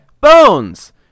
Bones